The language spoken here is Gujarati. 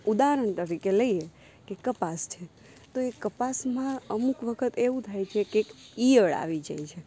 ઉદાહરણ તરીકે લઈએ કે કપાસ છે તો એ કપાસમાં અમુક વખત એવું થાય છે કે ઇયળ આવી જાય છે